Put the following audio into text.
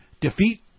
defeat